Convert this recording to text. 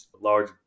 large